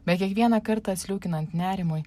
bet kiekvieną kartą atsliūkinant nerimui